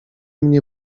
nie